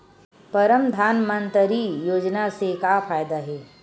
परधानमंतरी योजना से का फ़ायदा हे?